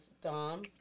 Dom